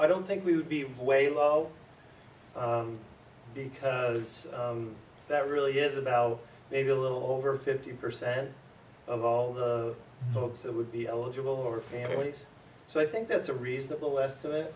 i don't think we would be way low because that really is about maybe a little over fifty percent of all the folks that would be eligible who are families so i think that's a reasonable estimate